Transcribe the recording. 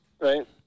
right